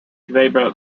weber